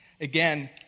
Again